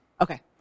Okay